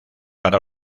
para